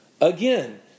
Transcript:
Again